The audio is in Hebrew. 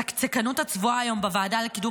אבל הצקצקנות הצבועה היום בוועדה לקידום